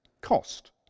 cost